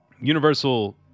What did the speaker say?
universal